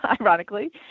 ironically